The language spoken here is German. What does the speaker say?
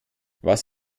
was